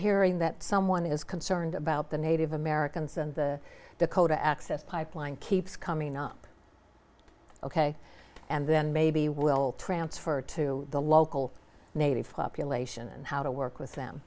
hearing that someone is concerned about the native americans and the dakota access pipeline keeps coming up ok and then maybe we'll transfer to the local native population and how to work with